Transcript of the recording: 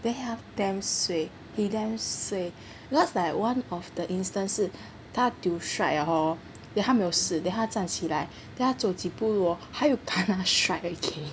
then 他 damn suay he damn suay cause like one of the instance 是他 tio strike hor then 他还是没有事 then 他站起来 then 他走几步路 hor 他又 kena strike again